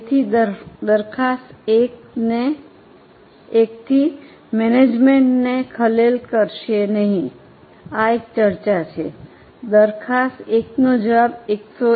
તેથી દરખાસ્ત 1 થી મેનેજમેન્ટને ખલેલ કરશે નહીં આ એક ચર્ચા છે દરખાસ્ત 1 નો જવાબ 151